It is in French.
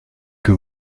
que